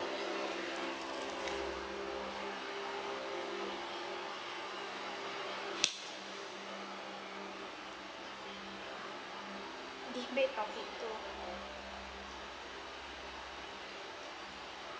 debate topic two